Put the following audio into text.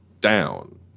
down